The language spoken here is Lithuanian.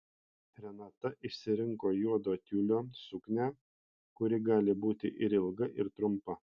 renata išsirinko juodo tiulio suknią kuri gali būti ir ilga ir trumpa